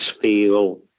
feel